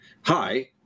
hi